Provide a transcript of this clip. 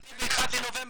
מה-21 לנובמבר.